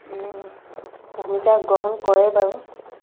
ভূমিকা গ্ৰহণ কৰে বাৰু